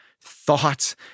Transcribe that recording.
thoughts